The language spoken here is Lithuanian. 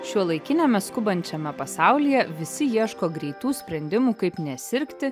šiuolaikiniame skubančiame pasaulyje visi ieško greitų sprendimų kaip nesirgti